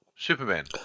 Superman